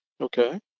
Okay